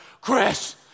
Chris